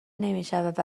نمیشود